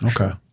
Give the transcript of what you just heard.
Okay